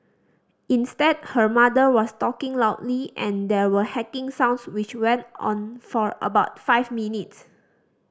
instead her mother was talking loudly and there were hacking sounds which went on for about five minutes